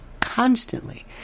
constantly